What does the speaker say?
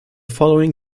following